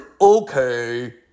Okay